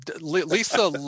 Lisa